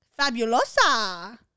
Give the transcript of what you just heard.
fabulosa